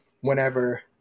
whenever